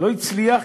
לא הצליח,